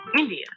India